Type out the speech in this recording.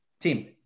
Team